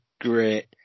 great